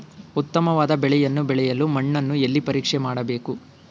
ಉತ್ತಮವಾದ ಬೆಳೆಯನ್ನು ಬೆಳೆಯಲು ಮಣ್ಣನ್ನು ಎಲ್ಲಿ ಪರೀಕ್ಷೆ ಮಾಡಬೇಕು?